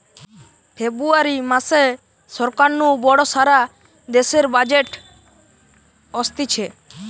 ফেব্রুয়ারী মাসে সরকার নু বড় সারা দেশের বাজেট অসতিছে